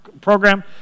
program